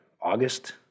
August